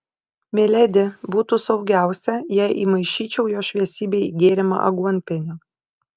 miledi būtų saugiausia jei įmaišyčiau jo šviesybei į gėrimą aguonpienio